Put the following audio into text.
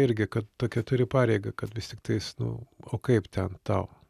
irgi kad tokią turi pareigą kad vis tik tais nu o kaip ten tau